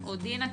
צימרמן.